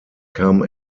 kam